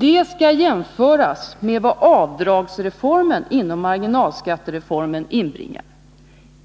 Det skall jämföras med vad avdragsreformen inom marginalskattereformen inbringar.